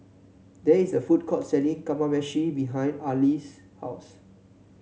there is a food court selling Kamameshi behind Arlis' house